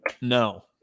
no